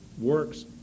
works